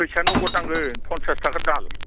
फैसाया नगद नांगोन फनसास थाखा दाल